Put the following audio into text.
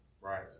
Right